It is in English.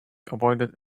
avoided